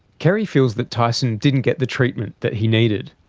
kerrie feels that tyson didn't get the treatment that he needed.